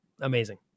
amazing